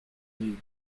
league